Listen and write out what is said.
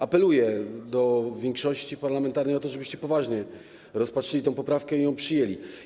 Apeluję do większości parlamentarnej o to, żebyście poważnie rozpatrzyli tę poprawkę i ją przyjęli.